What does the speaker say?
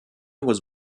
was